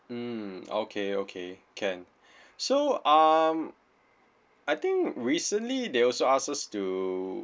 mm okay okay can so um I think recently they also ask us to